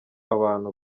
abantu